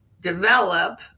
develop